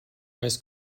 weiß